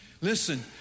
Listen